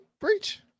Breach